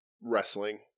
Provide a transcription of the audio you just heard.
wrestling